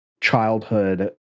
childhood